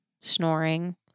snoring